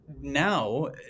now